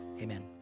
Amen